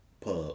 pub